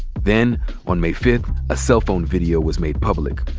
then on may fifth, a cell phone video was made public.